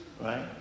Right